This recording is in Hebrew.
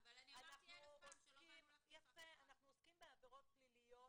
אנחנו עוסקים בעבירות פליליות